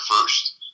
first